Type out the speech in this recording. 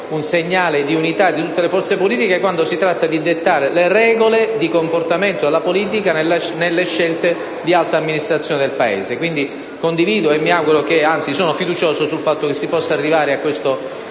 un segnale di unità di tutte le forze politiche quando si tratta di dettare le regole di comportamento della politica nelle scelte di alta amministrazione del Paese. Quindi condivido e mi auguro - anzi, sono fiducioso - che si possa arrivare a questo